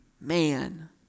Man